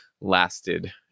lasted